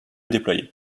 déployée